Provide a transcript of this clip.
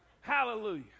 Hallelujah